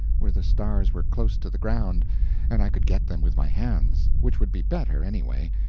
where the stars were close to the ground and i could get them with my hands, which would be better, anyway,